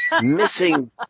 missing